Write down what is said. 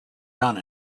done